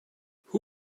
who